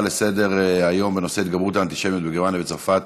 לסדר-היום בנושא התגברות האנטישמיות בגרמניה ובצרפת